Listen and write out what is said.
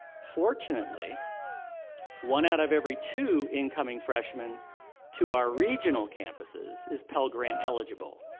fortunately one out of every two incoming freshmen to our regional campuses is pell grant eligible.